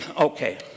okay